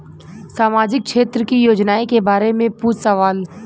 सामाजिक क्षेत्र की योजनाए के बारे में पूछ सवाल?